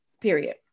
period